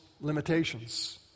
limitations